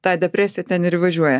tą depresiją ten ir įvažiuoja